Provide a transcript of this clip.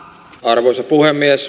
arvoisa puhemies